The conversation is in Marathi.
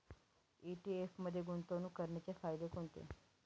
ई.टी.एफ मध्ये गुंतवणूक करण्याचे फायदे कोणते?